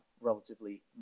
relatively